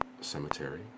cemetery